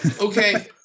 okay